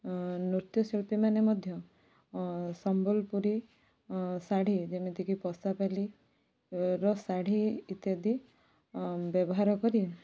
ଅଁ ନୃତ୍ୟଶିଳ୍ପୀମାନେ ମଧ୍ୟ ସମ୍ବଲପୁରୀ ଶାଢ଼ୀ ଯେମିତି କି ପଶାପାଲି ର ଶାଢ଼ୀ ଇତ୍ୟାଦି ବ୍ୟବହାର କରି